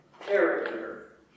character